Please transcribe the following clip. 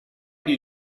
did